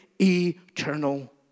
eternal